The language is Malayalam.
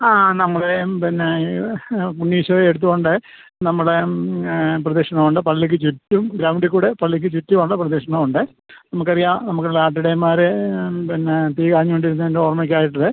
ആ നമ്മുടേയും പിന്നെ ഉണ്ണി ഈശോയെയെടുത്ത് കൊണ്ട് നമ്മളെ പ്രദക്ഷിണമുണ്ട് പള്ളിക്ക് ചുറ്റും ഗ്രൗണ്ടിൽക്കൂടെ പള്ളിക്ക് ചുറ്റുമുള്ള പ്രദക്ഷിണമുണ്ട് നമുക്കറിയാം നമുക്കുള്ള ആട്ടിടയന്മാരെയും പിന്നെ തീ കാഞ്ഞുകൊണ്ടിരുന്നതിന്റെ ഓർമ്മയ്ക്കായിട്ട്